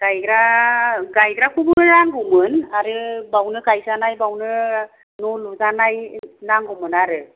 गायग्रा गायग्राखौबो नांगौमोन आरो बेयावनो गायजाना बेयावनो न' लुजानाय नांगौमोन आरो